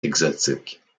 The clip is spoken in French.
exotique